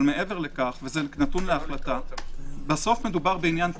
אבל מעבר לכך וזה נתון להחלטה - בסוף מדובר בעניין טכני.